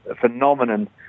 phenomenon